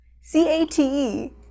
C-A-T-E